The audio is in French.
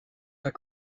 pas